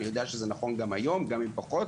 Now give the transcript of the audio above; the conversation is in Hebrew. אני יודע שזה גם נכון היום, גם אם פחות.